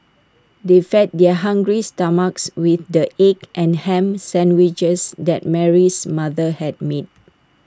they fed their hungry stomachs with the egg and Ham Sandwiches that Mary's mother had made